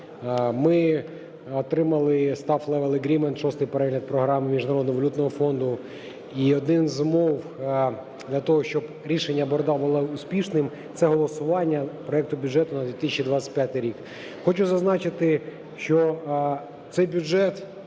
ми отримали Staff-level agreement шостий перегляд програми Міжнародного валютного фонду. І один з умов для того, щоб рішення "борду" було успішним, це голосування проекту бюджету на 2025 рік. Хочу зазначити, що цей бюджет